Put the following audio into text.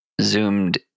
zoomed